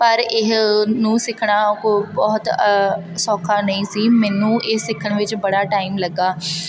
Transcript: ਪਰ ਇਹ ਨੂੰ ਸਿੱਖਣਾ ਉਹ ਬਹੁਤ ਸੌਖਾ ਨਹੀਂ ਸੀ ਮੈਨੂੰ ਇਹ ਸਿੱਖਣ ਵਿੱਚ ਬੜਾ ਟਾਈਮ ਲੱਗਾ